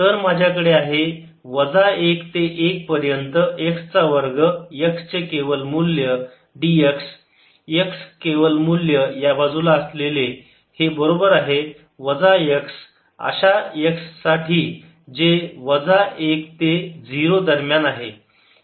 तर माझ्याकडे आहे वजा 1 ते 1 पर्यंत x चा वर्ग x केवल मूल्य dx x केवल मूल्य या बाजूला असलेले हे बरोबर आहे वजा x अशा x साठी जे वजा 1 ते 0 दरम्यान आहे